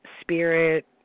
spirit